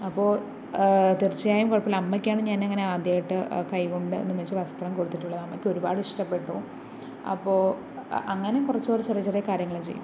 അപ്പോൾ തീർച്ചയായും കുഴപ്പമില്ല അമ്മയ്ക്കാണ് ഞാനങ്ങനെ ആദ്യമായിട്ട് കൈകൊണ്ട് നിർമ്മിച്ച വസ്ത്രം കൊടുത്തിട്ടുള്ളത് അമ്മക്കൊരുപാട് ഇഷ്ടപ്പെട്ടു അപ്പോൾ അങ്ങനെ കുറച്ചു കുറച്ചു ചെറിയ ചെറിയ കാര്യങ്ങള് ചെയ്യും